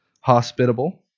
hospitable